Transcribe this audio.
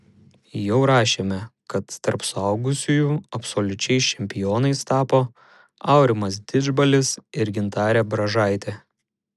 jau rašėme kad tarp suaugusiųjų absoliučiais čempionais tapo aurimas didžbalis ir gintarė bražaitė